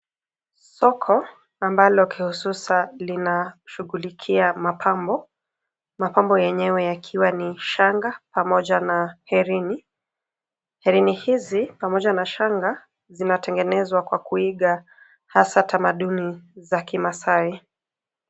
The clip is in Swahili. Soko ambalo kihususa linashughulikia mapambo, mapambo yenyewe yakiwa ni shanga pamoja na herini. Herini hizi pamoja na shanga zinatengenezwa kwa kuiga hasa tamaduni za kimaasai.